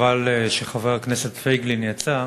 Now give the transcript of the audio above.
חבל שחבר הכנסת פייגלין יצא,